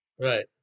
Right